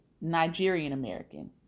Nigerian-American